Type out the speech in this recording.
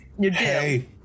Hey